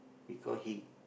because he